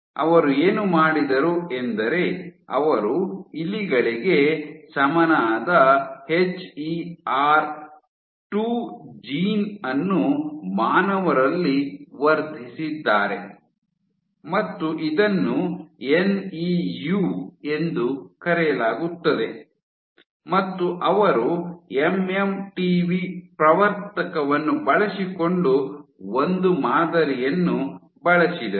ಅವರು ಏನು ಮಾಡಿದರು ಎಂದರೆ ಅವರು ಇಲಿಗಳಿಗೆ ಸಮನಾದ ಎಚ್ ಇ ಆರ್ 2 ಜೀನ್ ಅನ್ನು ಮಾನವರಲ್ಲಿ ವರ್ಧಿಸಿದ್ದಾರೆ ಮತ್ತು ಇದನ್ನು ಎನ್ ಇ ಯು ಎಂದು ಕರೆಯಲಾಗುತ್ತದೆ ಮತ್ತು ಅವರು ಎಂ ಎಂ ಟಿ ವಿ ಪ್ರವರ್ತಕವನ್ನು ಬಳಸಿಕೊಂಡು ಒಂದು ಮಾದರಿಯನ್ನು ಬಳಸಿದರು